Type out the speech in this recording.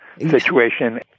situation